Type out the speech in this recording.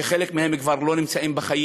שחלק מהם כבר אינם בחיים,